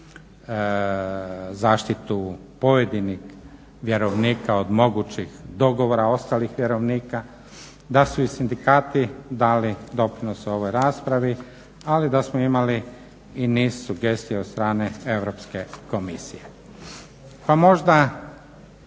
zaštitu pojedinih vjerovnika od mogućih dogovora ostalih vjerovnika, da su i sindikati dali doprinos ovoj raspravi, ali da smo imali i niz sugestija od strane Europske komisije. Pa možda